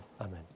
Amen